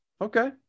Okay